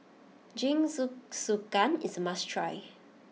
Jingisukan is a must try